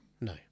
No